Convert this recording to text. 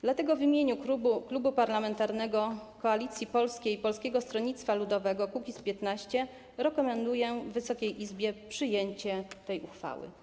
Dlatego w imieniu klubu parlamentarnego Koalicji Polskiej i Polskiego Stronnictwa Ludowego - Kukiz15 rekomenduję Wysokiej Izbie przyjęcie tej uchwały.